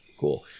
Cool